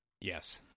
yes